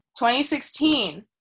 2016